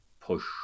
push